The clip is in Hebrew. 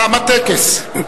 תם הטקס.